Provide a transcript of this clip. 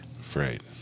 Afraid